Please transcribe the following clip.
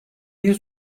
bir